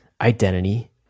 Identity